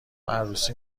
عروسی